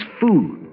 food